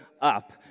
up